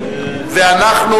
ואנחנו